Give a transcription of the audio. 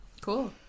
cool